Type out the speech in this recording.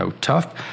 tough